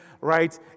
right